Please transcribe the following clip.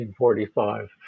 1945